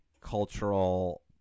cultural